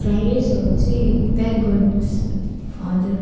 fry राइसहरू चाहिँ pack गरिदिनु होस् हजुर